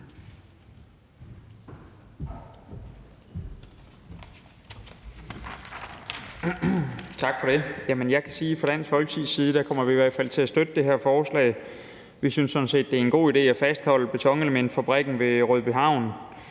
side, at vi i hvert fald kommer til at støtte det her forslag. Vi synes sådan set, at det er en god idé at fastholde betonelementfabrikken ved Rødbyhavn.